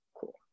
Cool